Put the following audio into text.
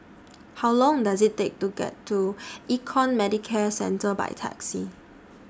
How Long Does IT Take to get to Econ Medicare Centre By Taxi